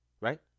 Right